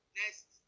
next